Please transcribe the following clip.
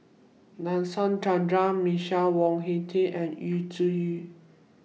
Nadasen Chandra Michael Wong Hong Teng and Yu Zhuye